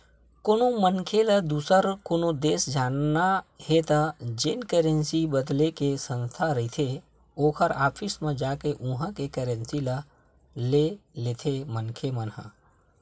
कोनो मनखे ल दुसर कोनो देस जाना हे त जेन करेंसी बदले के संस्था रहिथे ओखर ऑफिस म जाके उहाँ के करेंसी ल ले लेथे मनखे मन ह